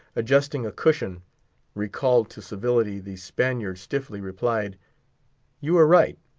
adjusting a cushion recalled to civility, the spaniard stiffly replied you are right.